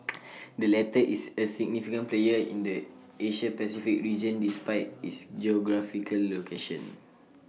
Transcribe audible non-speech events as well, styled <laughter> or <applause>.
<noise> the latter is A significant player in the Asia Pacific region despite its geographical location